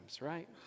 right